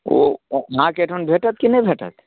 ओ अहाँके एहिठाम भेटत की नहि भेटत